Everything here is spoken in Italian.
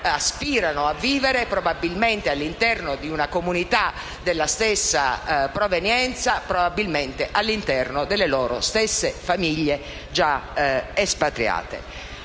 aspirano a vivere, probabilmente all'interno di una comunità della stessa provenienza e all'interno delle loro stesse famiglie già espatriate.